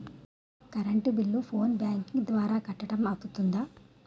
Current bill phone banking ద్వారా కట్టడం అవ్తుందా?